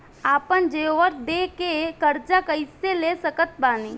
आपन जेवर दे के कर्जा कइसे ले सकत बानी?